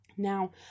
Now